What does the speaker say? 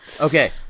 Okay